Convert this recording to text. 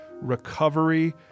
recovery